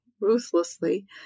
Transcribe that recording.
ruthlessly